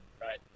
right